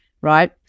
right